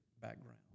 background